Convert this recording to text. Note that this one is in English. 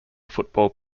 football